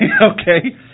Okay